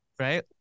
Right